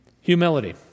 Humility